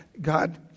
God